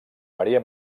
maria